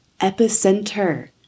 epicenter